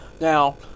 now